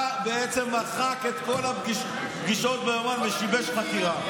בעצם מחק את כל הפגישות באירוע ושיבש חקירה.